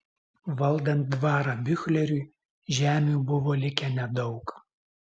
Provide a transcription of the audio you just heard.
valdant dvarą biuchleriui žemių buvo likę nedaug